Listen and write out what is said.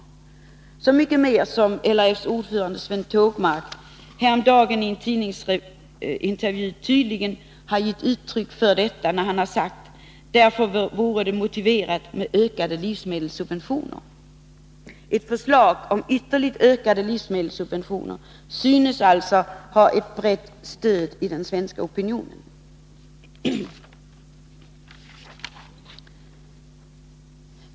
Till detta bidrar inte minst att LRF:s ordförande Sven Tågmark häromdagen i en tidningsintervju har gett uttryck för detta när han har sagt: ”Därför vore det motiverat med ökade livsmedelssubventioner.” Ett förslag om ytterligare ökade livsmedelssubventioner synes alltså ha ett brett stöd i den svenska opinionen.